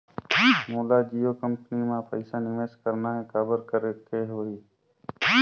मोला जियो कंपनी मां पइसा निवेश करना हे, काबर करेके होही?